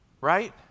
right